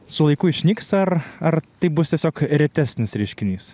su laiku išnyks ar ar tai bus tiesiog retesnis reiškinys